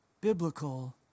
biblical